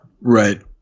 Right